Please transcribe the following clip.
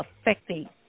affecting